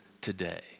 today